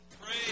Praise